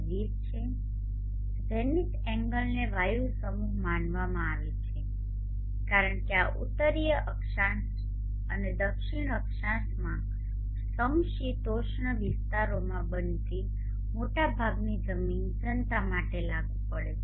૨૦ zenith એંગલને વાયુ સમૂહ માનવામાં આવે છે કારણ કે આ ઉત્તરીય અક્ષાંશો અને દક્ષિણ અક્ષાંશમાં સમશીતોષ્ણ વિસ્તારોમાં બનતી મોટાભાગની જમીન જનતા માટે લાગુ પડે છે